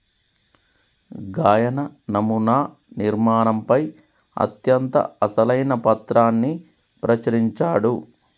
గాయన నమునా నిర్మాణంపై అత్యంత అసలైన పత్రాన్ని ప్రచురించాడు